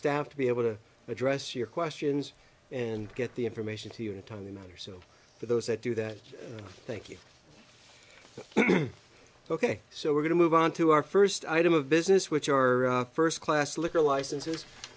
staff to be able to address your questions and get the information to you in a timely manner so for those that do that thank you ok so we're going to move onto our first item of business which are first class liquor licenses